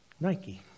Nike